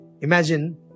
Imagine